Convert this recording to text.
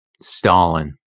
Stalin